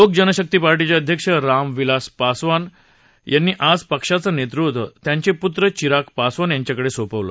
लोक जनशक्ती पार्टीचे अध्यक्ष रामविलास पासवान यांनी आज पक्षाचं नेतृत्व त्यांचे पुत्र चिराग पासवान यांच्याकडे सोपवलं